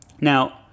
Now